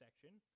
section